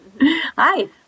Hi